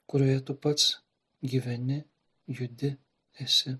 kurioje tu pats gyveni judi esi